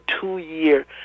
two-year